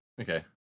Okay